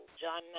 John